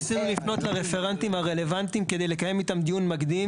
ניסינו לפנות לרפרנטים הרלוונטיים כדי לקיים איתם דיון מקדים.